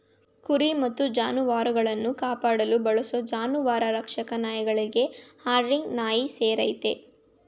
ಕುರಿ ಮತ್ತು ಜಾನುವಾರುಗಳನ್ನು ಕಾಪಾಡಲು ಬಳಸೋ ಜಾನುವಾರು ರಕ್ಷಕ ನಾಯಿಗಳಲ್ಲಿ ಹರ್ಡಿಂಗ್ ನಾಯಿ ಸೇರಯ್ತೆ